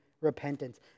repentance